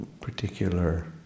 particular